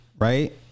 right